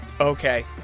okay